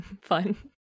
fun